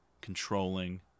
controlling